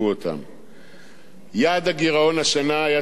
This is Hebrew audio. יעד הגירעון השנה היה צריך לעמוד על 1.5%,